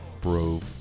Bro